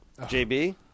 JB